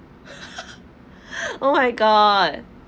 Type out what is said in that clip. oh my god